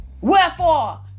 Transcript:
Wherefore